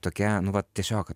tokia nu vat tiesiog